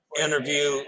interview